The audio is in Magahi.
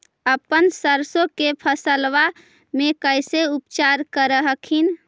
अपन सरसो के फसल्बा मे कैसे उपचार कर हखिन?